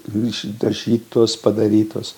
išdažytos padarytos